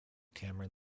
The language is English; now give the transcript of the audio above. cameron